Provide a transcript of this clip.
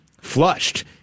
flushed